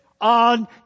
On